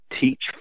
teach